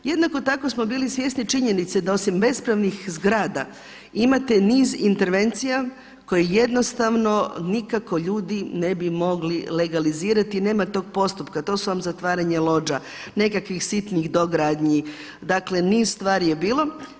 Jednako tako smo bili svjesni činjenice da osim bespravnih zgrada imate niz intervencija koje jednostavno nikako ljudi ne bi mogli legalizirati i nema tog postupka, to su vam zatvaranje lođa, nekakvih sitnih dogradnji, dakle niz stvari je bilo.